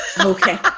Okay